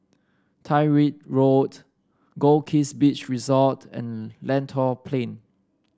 Tyrwhitt Road Goldkist Beach Resort and Lentor Plain